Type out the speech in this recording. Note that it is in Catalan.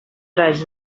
raig